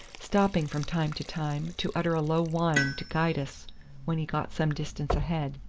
stopping from time to time to utter a low whine to guide us when he got some distance ahead,